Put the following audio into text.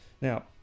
now